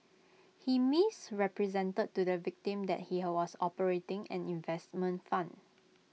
he misrepresented to the victim that he has was operating an investment fund